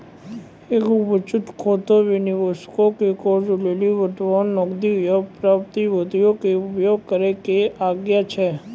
एगो बचत खाता मे निबेशको के कर्जा लेली वर्तमान नगदी या प्रतिभूतियो के उपयोग करै के आज्ञा छै